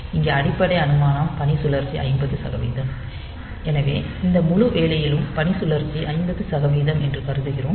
இங்கே அடிப்படை அனுமானம் பணிசுழற்சி 50 சதவீதம் எனவே இந்த முழு வேலையிலும் பணிசுழற்சி 50 சதவீதம் என்று கருதுகிறோம்